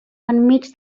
enmig